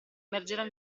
emergerà